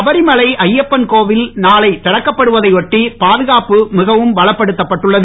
சபரிமலை ஐயப்பன் கோவில் நாளை திறக்கப்படுவதையொட்டி பாதுகாப்பு மிகவும் பலப்படுத்தப்பட்டுள்ளது